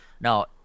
now